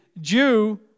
Jew